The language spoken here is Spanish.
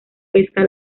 pesca